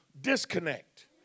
disconnect